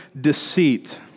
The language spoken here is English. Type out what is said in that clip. deceit